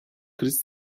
kriz